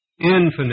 infinite